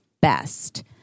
best